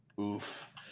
Oof